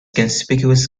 conspicuous